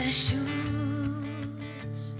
shoes